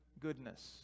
goodness